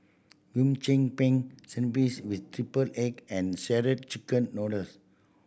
Hum Chim Peng spinach with triple egg and Shredded Chicken Noodles